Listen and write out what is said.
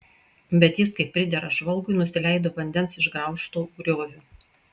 bet jis kaip pridera žvalgui nusileido vandens išgraužtu grioviu